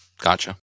Gotcha